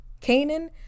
Canaan